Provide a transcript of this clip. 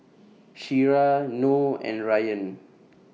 Syirah Noh and Rayyan